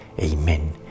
Amen